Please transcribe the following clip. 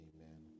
Amen